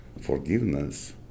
forgiveness